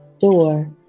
door